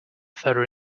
further